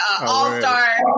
All-stars